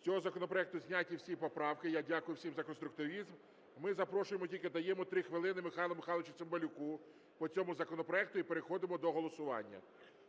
з цього законопроекту зняті всі поправки, я дякую всім за конструктивізм. Ми запрошуємо і тільки даємо 3 хвилини Михайлу Михайловичу Цимбалюку по цьому законопроекту, і переходимо до голосування.